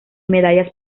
medallas